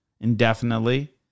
indefinitely